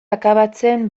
akabatzen